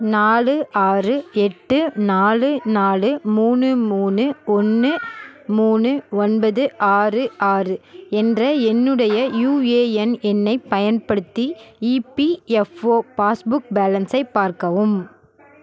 நாலு ஆறு எட்டு நாலு நாலு மூணு மூணு ஒன்று மூணு ஒன்பது ஆறு ஆறு என்ற என்னுடைய யுஏஎன் எண்ணைப் பயன்படுத்தி இபிஎஃப்ஒ பாஸ்புக் பேலன்ஸை பார்க்கவும்